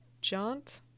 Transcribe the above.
jaunt